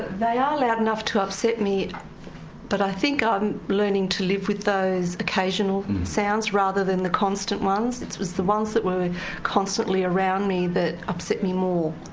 they are loud enough to upset me but i think i'm learning to live with those occasional sounds rather than the constant ones. it was the ones that were constantly around me that upset me more.